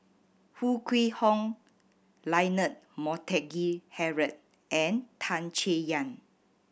Foo Kwee Horng Leonard Montague Harrod and Tan Chay Yan